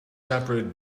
separate